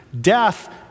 death